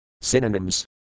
Synonyms